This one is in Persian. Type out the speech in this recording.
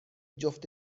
جفت